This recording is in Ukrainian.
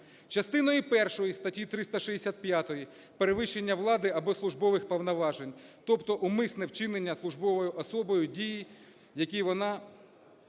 частини першої статті 365 – перевищення влади або службових повноважень, тобто умисне вчинення службовою особовою дії, які вона…